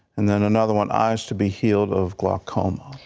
and then another one eyes to be healed of glaucoma.